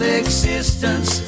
existence